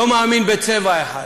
לא מאמין בצבע אחד,